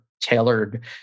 tailored